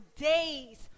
days